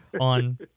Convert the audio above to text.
on